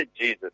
Jesus